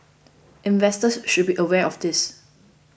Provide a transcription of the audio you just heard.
investors should be aware of this